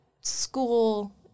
school